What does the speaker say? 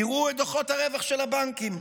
קראו את דוחות הרווחה של הבנקים,